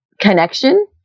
connection